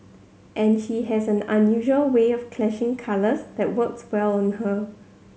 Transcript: and she has an unusual way of clashing colours that works well on her